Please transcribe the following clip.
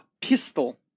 pistol